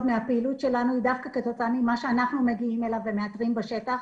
מהפעילות שלנו היא דווקא כתוצאה ממה שאנחנו מגיעים אליו ומאתרים בשטח.